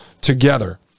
together